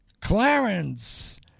Clarence